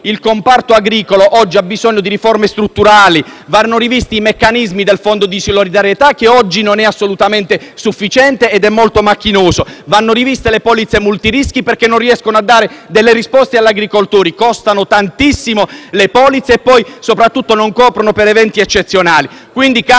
Il comparto agricolo oggi ha bisogno di riforme strutturali, vanno rivisti i meccanismi del Fondo di solidarietà, che oggi non è assolutamente sufficiente ed è molto macchinoso e vanno riviste le polizze multirischi, perché non riescono a dare delle risposte agli agricoltori, costano tantissimo e soprattutto non coprono in caso di eventi eccezionali.